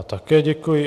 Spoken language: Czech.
Také děkuji.